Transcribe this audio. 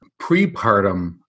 prepartum